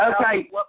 Okay